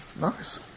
Nice